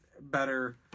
better